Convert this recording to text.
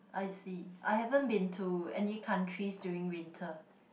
I see I haven't been to any countries during winter